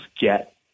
get